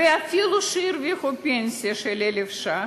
ואפילו שהרוויחו פנסיה של 1,000 ש"ח,